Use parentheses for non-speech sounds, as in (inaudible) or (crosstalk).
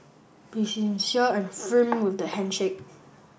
be (unintelligible) sincere and firm with the handshake